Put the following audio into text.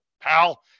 pal